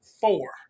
four